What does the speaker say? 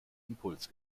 impuls